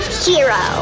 hero